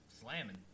slamming